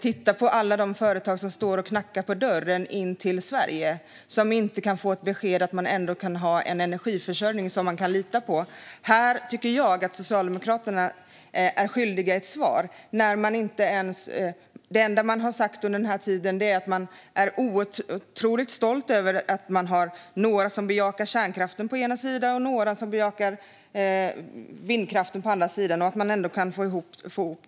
Titta på alla de företag som står och knackar på dörren in till Sverige och som inte kan få besked om en energiförsörjning som man kan lita på! Här tycker jag att Socialdemokraterna är skyldiga ett svar. Det enda man har sagt under den här tiden är att man är otroligt stolt över att man har några som bejakar kärnkraften på den ena sidan och några som bejakar vindkraften på den andra och att man ändå kan få ihop det hela.